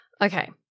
Okay